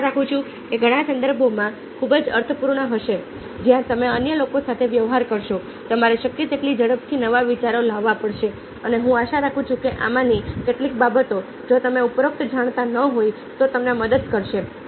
હું આશા રાખું છું કે આ ઘણા સંદર્ભોમાં ખૂબ જ અર્થપૂર્ણ હશે જ્યાં તમે અન્ય લોકો સાથે વ્યવહાર કરશો તમારે શક્ય તેટલી ઝડપથી નવા વિચારો લાવવા પડશે અને હું આશા રાખું છું કે આમાંની કેટલીક બાબતો જો તમે ઉપરોક્ત જાણતા ન હોય તો તમને મદદ કરશે